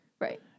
Right